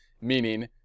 meaning